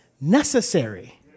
necessary